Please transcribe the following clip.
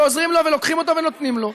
ועוזרים לו ולוקחים אותו ונותנים לו,